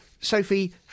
Sophie